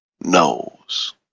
knows